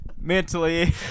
mentally